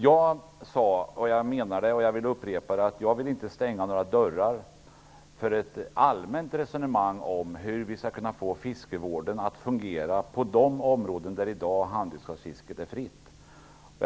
Jag sade, och jag vill upprepa, att jag inte vill stänga dörren för ett allmänt resonemang om hur vi skall kunna få fiskevården att fungera på de områden där handredskapsfisket i dag är fritt.